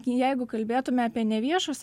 jeigu kalbėtume apie neviešus